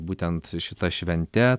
būtent šita švente